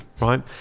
right